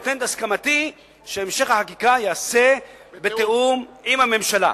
נותן את הסכמתי שהמשך החקיקה ייעשה בתיאום עם הממשלה.